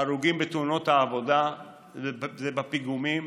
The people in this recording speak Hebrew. ההרוגים בתאונות העבודה זה בפיגומים.